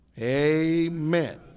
Amen